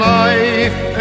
life